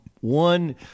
one